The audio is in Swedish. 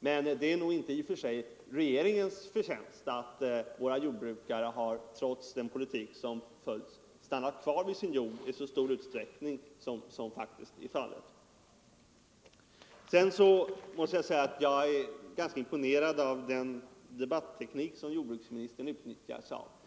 det är nog inte i och Fredagen den för sig regeringens förtjänst att våra jordbrukare, trots den politik som 6 december 1974 förts, har stannat kvar vid sin jord i så stor utsträckning som faktiskt I är fallet. Ang. jordbrukspoli Jag är ganska imponerad av den debatteknik som jordbruksministern = tiken utnyttjar.